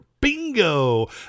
Bingo